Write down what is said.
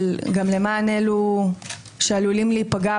אבל גם למען אלו שעלולים להיפגע,